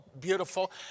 beautiful